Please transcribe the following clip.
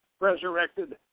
resurrected